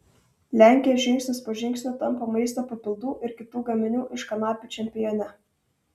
lenkija žingsnis po žingsnio tampa maisto papildų ir kitų gaminių iš kanapių čempione